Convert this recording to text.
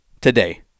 today